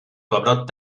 pebrot